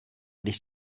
když